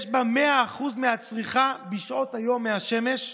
יש בה 100% צריכה בשעות היום מהשמש,